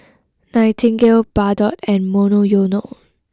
Nightingale Bardot and Monoyono